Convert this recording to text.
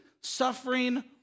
suffering